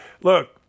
Look